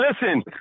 listen